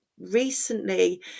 recently